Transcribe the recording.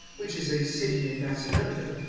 which is a city in macedonia,